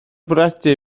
bwriadu